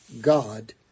God